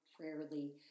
rarely